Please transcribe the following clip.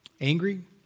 Angry